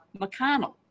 McConnell